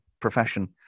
profession